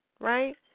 Right